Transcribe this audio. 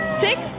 Six